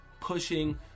pushing